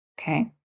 Okay